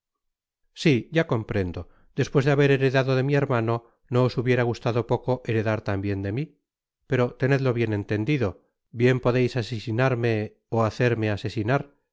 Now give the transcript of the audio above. si ya comprendo despues de haber heredado de mi hermano no os hubiera gustado poco heredar tambien de mi pero tenedlo bien entendido bies podéis asesinarme ó hacerme asesinar